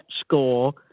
score